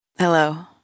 Hello